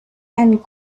and